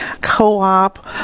co-op